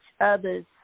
other's